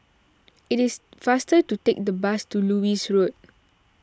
it is faster to take the bus to Lewis Road